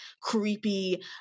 creepy